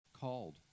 Called